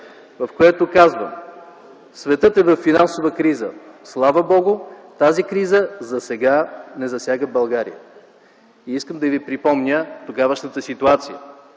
в което казвам: „Светът е във финансова криза. Слава Богу, тази криза засега не засяга България.” Искам да Ви припомня тогавашната ситуация,